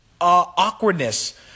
awkwardness